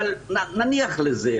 אבל נניח לזה.